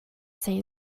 say